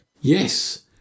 Yes